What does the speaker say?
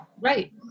right